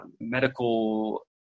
Medical